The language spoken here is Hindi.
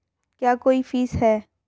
क्या कोई फीस है?